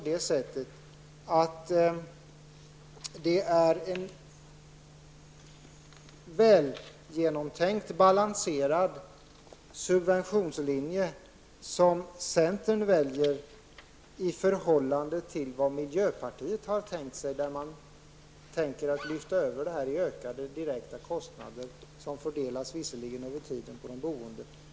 Det är en väl genomtänkt och balanserad subventionslinje som centern väljer i förhållande till vad miljöpartiet har tänkt sig. Miljöpartiet vill lyfta över kostnaderna på ett sådant sätt att de direkta kostnaderna ökar. Dessa kostnader skall visserligen fördelas över tiden på de boende.